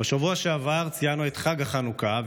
שעבר ציינו את חג החנוכה,